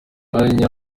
mwanya